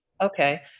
Okay